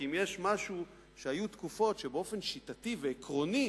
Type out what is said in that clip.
כי אם יש משהו שהיו תקופות שבאופן שיטתי ועקרוני